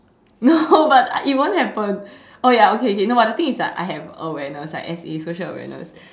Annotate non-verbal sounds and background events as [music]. no [laughs] but it won't happen oh ya okay okay the thing is I have awareness like S_A social awareness